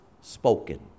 spoken